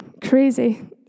crazy